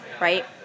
right